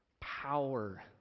power